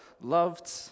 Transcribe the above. loved